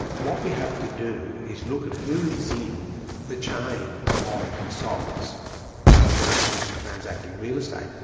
what we have to do is look at who is in the chain of consultants when it comes to transacting real estate.